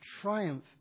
triumph